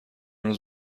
روز